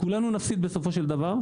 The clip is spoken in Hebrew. כולנו נפסיד בסופו של דבר,